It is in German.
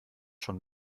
schon